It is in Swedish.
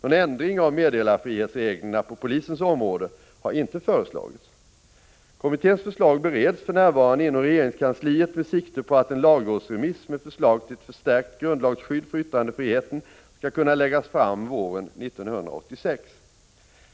Någon ändring av meddelarfrihetsreglerna på polisens område har inte föreslagits. Kommitténs förslag bereds för närvarande inom regeringskansliet med sikte på att en lagrådsremiss med förslag till ett förstärkt grundlagsskydd för yttrandefriheten skall kunna läggas fram våren 1986.